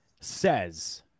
says